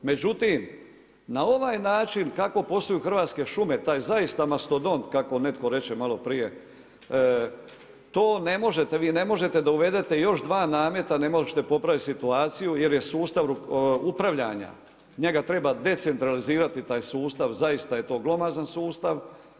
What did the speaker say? Međutim, na ovaj način, kako posluju Hrvatske šume, taj zaista mastodont, kako netko reče maloprije, to ne možete, vi ne možete da uvedete, još 2 nameta, ne možete popraviti situaciju, jer je sustav upravljanja, njega treba decentralizirati taj sustav, zaista je to glomazan sustav.